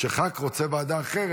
כשח"כ רוצה ועדה אחרת,